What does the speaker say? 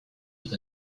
with